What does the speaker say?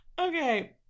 Okay